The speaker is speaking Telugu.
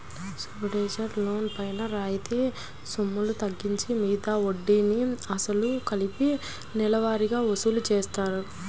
సబ్సిడైజ్డ్ లోన్ పైన రాయితీ సొమ్ములు తగ్గించి మిగిలిన వడ్డీ, అసలు కలిపి నెలవారీగా వసూలు చేస్తారు